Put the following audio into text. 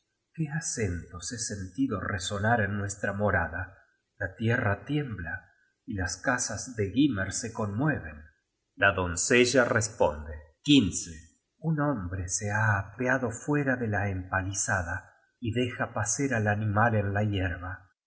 qué acentos he sentido resonar en nuestra morada la tierra tiembla y las casas de gymer se conmueven la doncella responde un hombre se ha apeado fuera de la empalizada y deja pacer al animal en la yerba